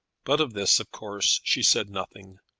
but of this, of course, she said nothing.